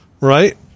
right